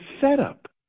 setup